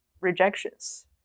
rejections